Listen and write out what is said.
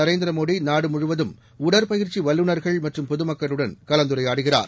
நரேந்திர மோடி நாடுமுழுவதும் உடற்பயிற்சி வல்லுநர்கள் மற்றும் பொதுமக்களுடன் கலந்துரையாடுகிறார்